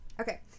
okay